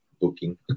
booking